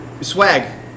Swag